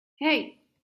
hey